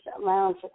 Lounge